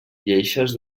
lleixes